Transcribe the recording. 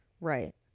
Right